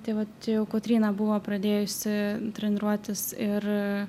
tai vat čia jau kotryna buvo pradėjusi treniruotis ir